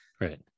Right